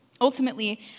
Ultimately